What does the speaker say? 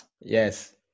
yes